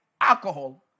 alcohol